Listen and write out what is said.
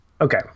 Okay